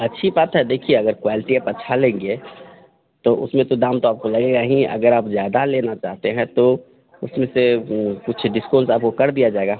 अच्छी बात है देखिए अगर क्वेलटी आप अच्छा लेंगे तो उसमें तो दाम तो आपको लगेगा हीं अगर आप ज़्यादा लेना चाहते हैं तो उसमें से कुछ डिस्काेज़ आपको कर दिया जाएगा